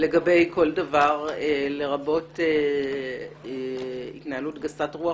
לגבי כל דבר לרבות התנהלות גסת רוח